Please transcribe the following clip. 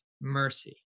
mercy